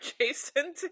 jason